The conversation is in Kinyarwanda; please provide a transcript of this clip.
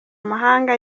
mahanga